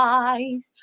eyes